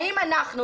האם אנחנו,